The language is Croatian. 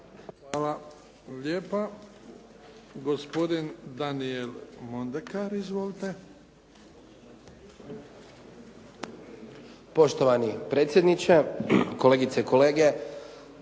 Hvala lijepa. Gospodin Daniel Mondekar. Izvolite.